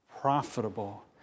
profitable